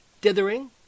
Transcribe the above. Dithering